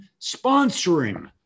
sponsoring